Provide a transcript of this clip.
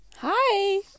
hi